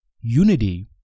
unity